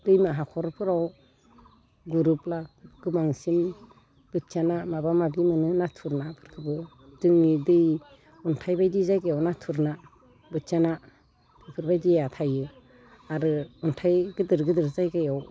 दैमा हाखरफोराव गुरोब्ला गोबांसिन बोथिया ना माबा माबि मोनो नाथुर नाफोरखौबो जोंनि दै अन्थाइ बायदि जायगायाव नाथुर ना बोथिया ना बेफोरबायदिया थायो आरो अन्थाइ गिदिर गिदिर जायगायाव